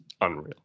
unreal